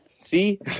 See